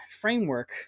framework